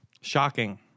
Shocking